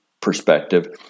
perspective